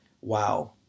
wow